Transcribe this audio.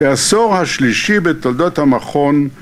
העשור השלישי בתולדות המכון